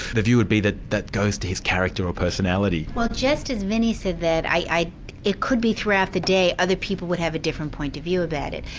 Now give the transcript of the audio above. the view would be that, that goes to his character or personality. well just as vinnie said that, it could be throughout the day other people would have a different point of view about it,